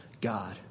God